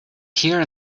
here